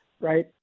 right